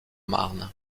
marne